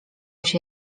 się